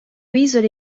isole